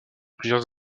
plusieurs